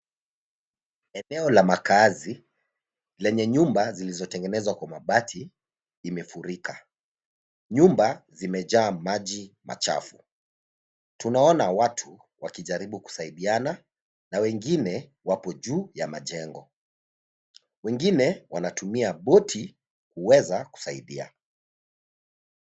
Eneo la makaazi lenye nyumba zilizotengenezwa kwa mabati imefurika. Nyumba zimejaa maji machafu. Tunaona watu wakijaribu kusaidiana na wengine wapo juu ya majengo. Wengine wanatumia boti kuweza kusaidia.